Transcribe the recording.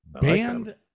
band